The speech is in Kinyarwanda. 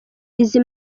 izi